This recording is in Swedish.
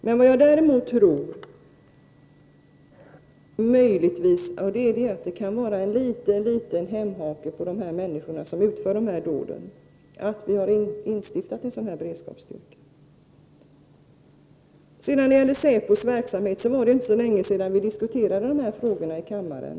Jag tror dock att en sådan här beredsskapsstyrka möjligen skulle kunna utgöra en liten hämsko för de människor som är beredda att utföra terrordåd. När det gäller säpo:s verksamhet vill jag säga att det inte var så länge sedan vi hade diskussioner i kammaren.